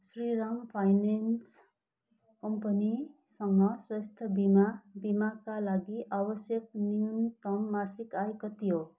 Shriram finance कम्पनीसँग स्वास्थ्य बिमा बिमाका लागि आवश्यक न्यूनतम मासिक आय कति हो